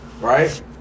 Right